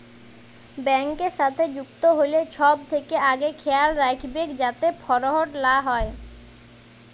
ব্যাংকের সাথে যুক্ত হ্যলে ছব থ্যাকে আগে খেয়াল রাইখবেক যাতে ফরড লা হ্যয়